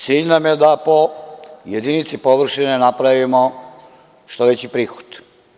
Cilj nam je da po jedinici površine napravimo što veći prihod.